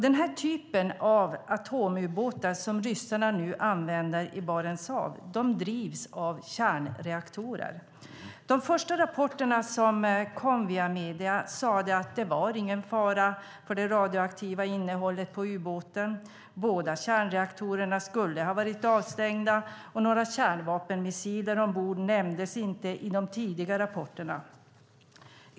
Den här typen av atomubåtar som ryssarna nu använder i Barents hav drivs av kärnreaktorer. De första rapporterna som kom via medierna sade att det inte var någon fara för det radioaktiva innehållet på ubåten. Båda kärnreaktorerna skulle ha varit avstängda, och några kärnvapenmissiler ombord nämndes inte i de tidiga rapporterna.